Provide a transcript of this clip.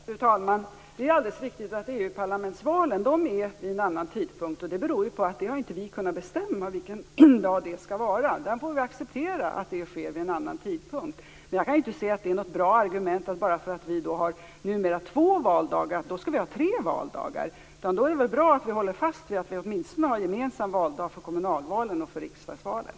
Fru talman! Det är alldeles riktigt att EU parlamentsvalen sker vid en annan tidpunkt. Det beror på att vi inte har kunnat bestämma vilken dag valet skall ske. Vi får acceptera att det sker vid en annan tidpunkt. Jag kan inte se att det faktum att vi numera har två valdagar är ett bra argument för att vi skall ha tre valdagar. Då är det väl bra att vi håller fast vid att vi åtminstone har gemensam valdag för kommunalvalet och riksdagsvalet.